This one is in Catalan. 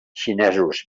xinesos